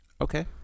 Okay